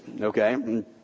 okay